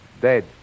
dead